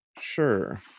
Sure